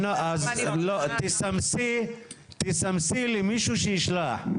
אז תשלחי הודעה למישהו שיישלח.